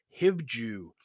Hivju